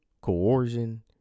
Coercion